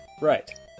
Right